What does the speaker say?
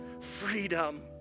Freedom